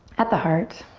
at the heart.